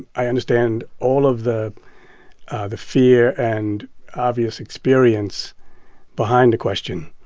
i understand all of the the fear and obvious experience behind the question.